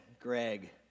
Greg